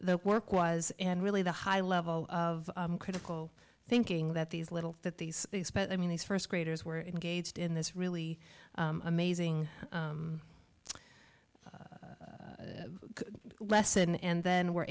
the work was and really the high level of critical thinking that these little that these i mean these first graders were engaged in this really amazing lesson and then we're